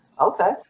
Okay